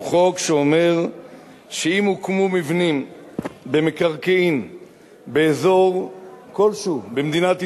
הוא חוק שאומר שאם הוקמו מבנים במקרקעין באזור כלשהו במדינת ישראל,